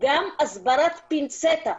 וגם הסברת פינצטה,